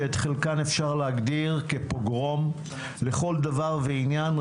שאת חלקן אפשר להגדיר כ-"פוגרום" לכל דבר ועניין,